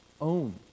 own